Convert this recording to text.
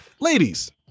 Ladies